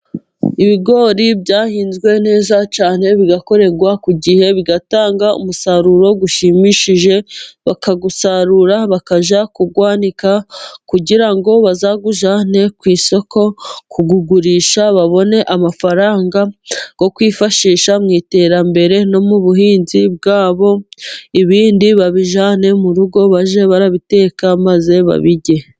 Ibigori byahinzwe neza cyane, bigakorerwa ku gihe bigatanga umusaruro ushimishije, bakawusarura bakajya kuwanika kugira ngo bazawujyane ku isoko kuwugurisha, babone amafaranga yo kwifashisha mu iterambere no mu buhinzi bwabo, ibindi babijyane mu rugo bajye babiteka maze babirye.